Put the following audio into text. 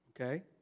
Okay